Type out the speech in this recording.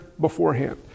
beforehand